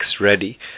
ready